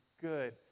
good